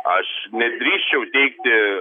aš nedrįsčiau teigti